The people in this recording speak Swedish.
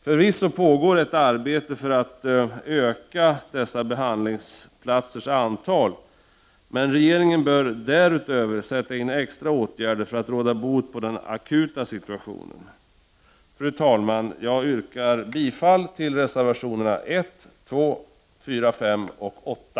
Förvisso pågår ett arbete för att öka dessa behandlingsplatsers antal, men regeringen bör därutöver sätta in extra åtgärder för att råda bot på den akuta situationen. Fru talman! Jag yrkar bifall till reservationerna 1, 2, 4, 5 och 8.